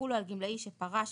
יחולו על גמלאי שפרש